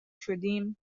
شدیم